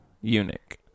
eunuch